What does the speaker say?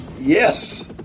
yes